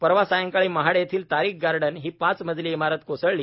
परवा सायंकाळी महाड येथील तारीक गार्डन ही पाच मजली इमारत कोसळली